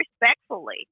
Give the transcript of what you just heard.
respectfully